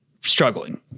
struggling